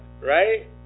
right